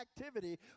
activity